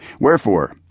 Wherefore